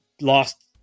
lost